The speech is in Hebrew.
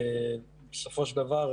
ובסופו של דבר,